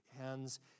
hands